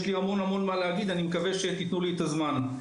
יש לי המון מה להגיד ואני מקווה שתתנו לי את הזמן לזה.